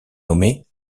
nommés